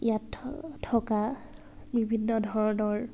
ইয়াত থ থকা বিভিন্ন ধৰণৰ